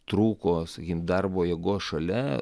trūko sakykim darbo jėgos šalia